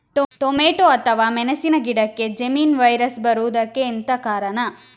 Tomato ಅಥವಾ ಮೆಣಸಿನ ಗಿಡಕ್ಕೆ ಜೆಮಿನಿ ವೈರಸ್ ಬರುವುದಕ್ಕೆ ಎಂತ ಕಾರಣ?